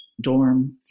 dorm